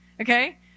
Okay